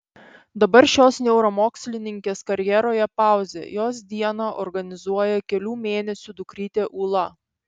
dabar šios neuromokslininkės karjeroje pauzė jos dieną organizuoja kelių mėnesių dukrytė ūla